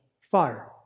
fire